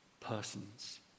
persons